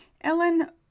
Ellen